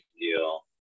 deal